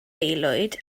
aelwyd